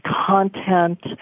content